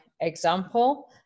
example